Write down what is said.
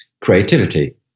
creativity